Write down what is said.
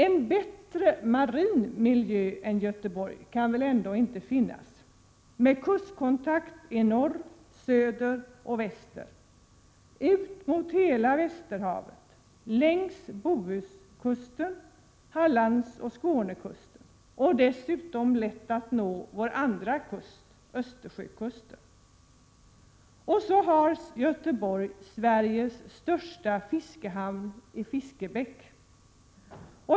En bättre marin miljö än Göteborg kan väl inte finnas — med kustkontakt i norr, söder och väster, ut mot hela västerhavet, längs Bohuskusten, Hallandskusten och Skånekusten och varifrån det dessutom är lätt att nå vår andra kust, Östersjökusten. Vidare har Göteborg Sveriges största fiskehamn i Fiskebäck.